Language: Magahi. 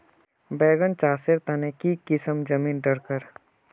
बैगन चासेर तने की किसम जमीन डरकर?